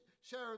share